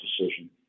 decision